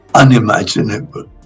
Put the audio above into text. unimaginable